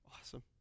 Awesome